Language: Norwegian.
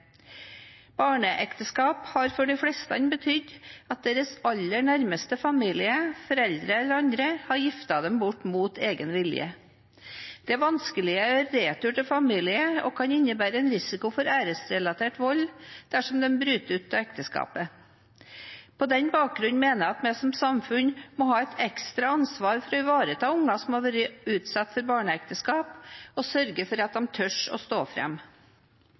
Barneekteskap har for de fleste betydd at deres aller nærmeste familie, foreldre eller andre, har giftet dem bort mot egen vilje. Det vanskeliggjør retur til familien og kan innebære en risiko for æresrelatert vold dersom man bryter ut av ekteskapet. På den bakgrunn mener jeg at vi som samfunn må ha et ekstra ansvar for å ivareta barn som har vært utsatt for barneekteskap, og sørge for at de tør å stå